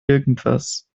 irgendwas